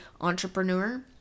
entrepreneur